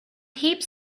heaps